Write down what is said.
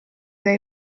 dei